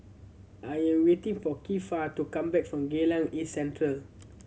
I am waiting for Kiefer to come back from Geylang East Central